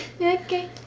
Okay